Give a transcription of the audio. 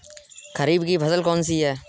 खरीफ की फसल कौन सी है?